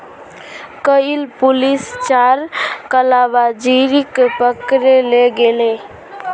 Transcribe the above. कइल पुलिस चार कालाबाजारिक पकड़े ले गेले